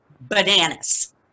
bananas